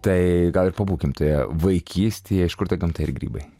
tai gal ir pabūkim toje vaikystėje iš kur ta gamta ir grybai